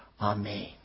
Amen